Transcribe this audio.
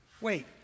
Wait